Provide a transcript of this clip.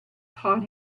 taught